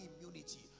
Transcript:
immunity